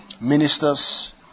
ministers